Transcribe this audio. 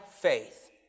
faith